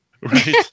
Right